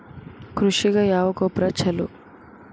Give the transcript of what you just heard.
ಕೃಷಿಗ ಯಾವ ಗೊಬ್ರಾ ಛಲೋ?